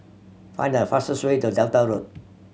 find the fastest way to Delta Road